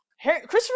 Christopher